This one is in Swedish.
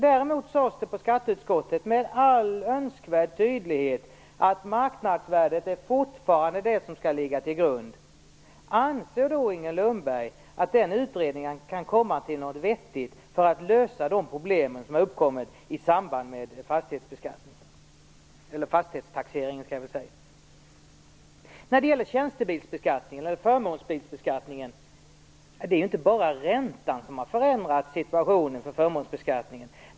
Däremot sades det med all önskvärd tydlighet i skatteutskottet att marknadsvärdet fortfarande är det som skall ligga till grund. Anser då Inger Lundberg att utredningen kan komma fram till någonting vettigt för att lösa de problem som har uppkommit i samband med fastighetstaxeringen? Det är inte bara räntan som har förändrat situationen när det gäller förmånsbilsbeskattningen.